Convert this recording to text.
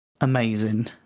Amazing